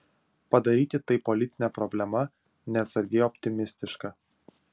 padaryti tai politine problema neatsargiai optimistiška